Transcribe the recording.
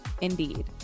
indeed